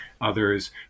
others